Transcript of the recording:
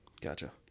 Gotcha